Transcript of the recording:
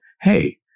hey